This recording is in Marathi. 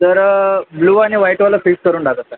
तर ब्ल्यू आणि व्हाईटवाला फिक्स करून टाका सर